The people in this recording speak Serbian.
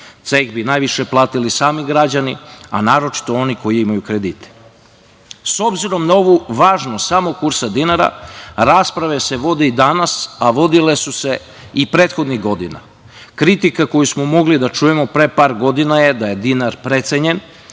Ceh bi najviše platili sami građani, a naročiti oni koji imaju kredite.S obzirom na ovu važnost samog kursa dinara, rasprave se vode i danas, a vodile su se i prethodnih godina. Kritika koju smo mogli da čujemo pre par godina je da je dinar precenjen